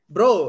Bro